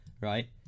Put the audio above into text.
right